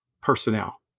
personnel